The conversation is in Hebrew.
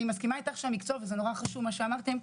אני מסכימה איתך שהמקצוע וזה נורא חשוב מה שאמרתם,